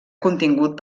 contingut